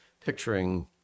picturing